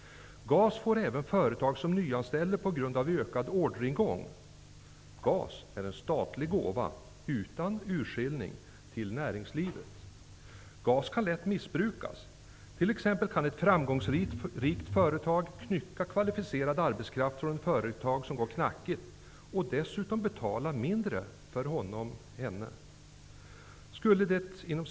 GAS får även företag som nyanställer på grund av ökad orderingång. -- GAS är en statlig gåva -- utan urskillning -- till näringslivet. -- GAS kan lätt missbrukas. Ett framgångsrikt företag kan t.ex. knycka kvalificerad arbetskraft från ett företag som går knackigt och dessutom betala mindre för honom eller henne.